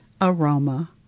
Aroma